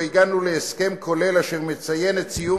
לא הגענו להסכם כולל אשר מציין את סיום